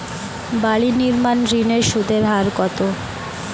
বাড়ি নির্মাণ ঋণের সুদের হার কত?